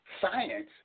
science